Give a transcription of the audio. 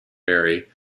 mary